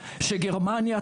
שגרמניה,